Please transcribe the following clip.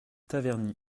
taverny